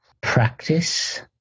practice